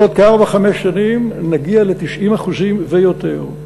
בעוד ארבע, חמש שנים נגיע ל-90% ויותר.